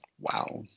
Wow